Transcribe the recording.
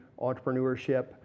entrepreneurship